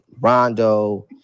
rondo